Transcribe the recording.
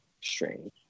strange